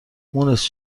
مونس